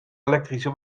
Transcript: elektrische